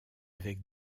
avec